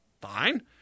fine